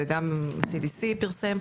וגם CDC פרסם,